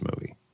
movie